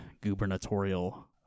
gubernatorial